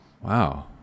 Wow